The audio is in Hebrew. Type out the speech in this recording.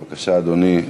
בבקשה, אדוני.